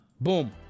Boom